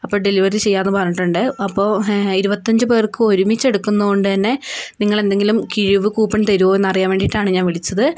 അപ്പോൾ ഡെലിവറി ചെയ്യാമെന്നു പറഞ്ഞിട്ടുണ്ട് അപ്പോൾ ഇരുപത്തഞ്ചു പേർക്ക് ഒരുമിച്ചെടുക്കുന്നതുകൊണ്ട് തന്നെ നിങ്ങൾ എന്തെങ്കിലും കിഴിവ് കൂപ്പൺ തരുമോ എന്നറിയാൻ വേണ്ടിയിട്ടാണ് ഞാൻ വിളിച്ചത്